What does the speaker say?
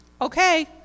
Okay